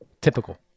Typical